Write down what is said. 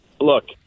Look